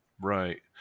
Right